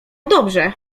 dobrze